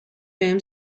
بهم